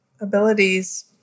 abilities